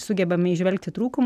sugebame įžvelgti trūkumų